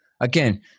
again